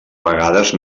vegades